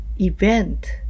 event